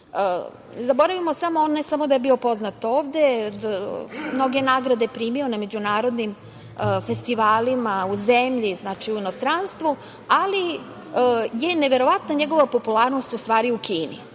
zaboravimo, ne samo da je bio poznat ovde, mnoge nagrade je primio na međunarodnim festivalima u zemlji, u inostranstvu, ali je neverovatna njegova popularnost u stvari u Kini.